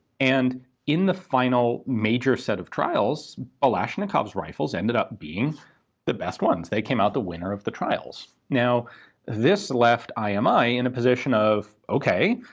and in the final major set of trials, balashnikov's rifles ended up being the best ones, they came out the winner of the trials. now this left imi in a position of, ok,